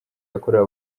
yakorewe